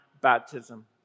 baptism